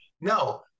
No